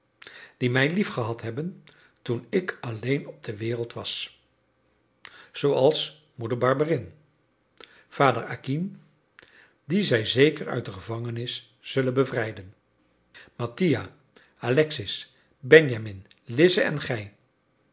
die mij liefgehad hebben toen ik alleen op de wereld was zooals moeder barberin vader acquin dien zij zeker uit de gevangenis zullen bevrijden mattia alexis benjamin lize en gij